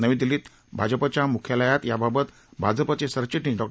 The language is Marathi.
नवी दिल्लीत भाजपच्या म्ख्यालयात याबद्दल भाजपचे सरचिटणीस डॉ